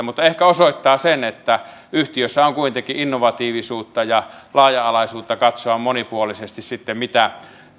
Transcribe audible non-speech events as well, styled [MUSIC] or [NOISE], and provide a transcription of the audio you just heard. [UNINTELLIGIBLE] mutta ehkä osoittaa sen että yhtiössä on kuitenkin innovatiivisuutta ja laaja alaisuutta katsoa monipuolisesti sitten mitä